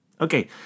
Okay